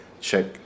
check